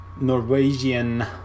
norwegian